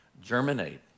germinate